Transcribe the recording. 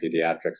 Pediatrics